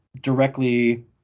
directly